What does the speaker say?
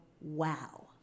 wow